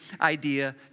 idea